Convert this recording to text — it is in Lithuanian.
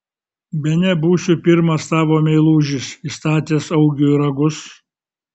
bene būsiu pirmas tavo meilužis įstatęs augiui ragus